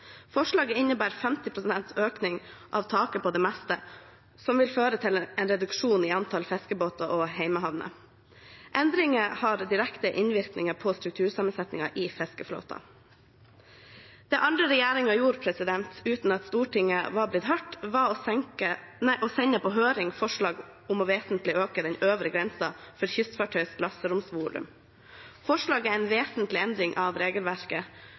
Forslaget innebærer 50 pst. økning av taket på det meste, noe som vil føre til en reduksjon i antall fiskebåter og hjemmehavner. Endringene har direkte innvirkning på struktursammensetningen i fiskeflåten. Det andre regjeringen gjorde uten at Stortinget var blitt hørt, var å sende på høring forslag om å øke den øvre grensen for kystfartøys lasteromsvolum vesentlig. Forslaget er en vesentlig endring av regelverket,